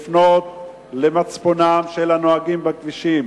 לפנות למצפונם של הנוהגים בכבישים: